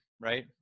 right